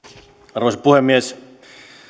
arvoisa puhemies